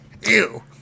Ew